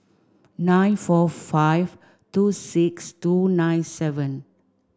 nine four five two six two nine seven